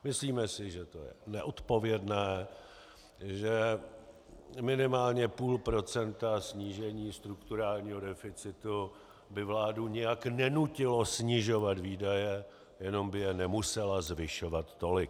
Myslíme si, že to je neodpovědné, že minimálně půl procenta snížení strukturálního deficitu by vládu nijak nenutilo snižovat výdaje, jenom by je nemusela zvyšovat tolik.